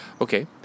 Okay